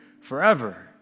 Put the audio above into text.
forever